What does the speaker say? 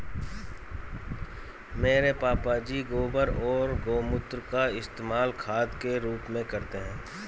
मेरे पापा जी गोबर और गोमूत्र का इस्तेमाल खाद के रूप में करते हैं